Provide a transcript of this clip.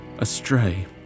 astray